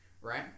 right